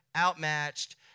outmatched